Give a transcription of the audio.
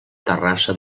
terrassa